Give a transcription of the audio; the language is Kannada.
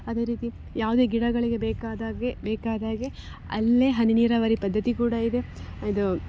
ಅದೇ ರೀತಿ ಯಾವುದೇ ಗಿಡಗಳಿಗೆ ಬೇಕಾದಾಗೆ ಬೇಕಾದಾಗೆ ಅಲ್ಲೇ ಹನಿ ನೀರಾವರಿ ಪದ್ಧತಿ ಕೂಡ ಇದೆ ಇದು